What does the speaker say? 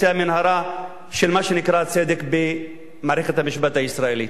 המנהרה של מה שנקרא צדק במערכת המשפט הישראלי?